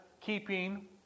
keeping